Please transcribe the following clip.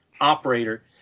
operator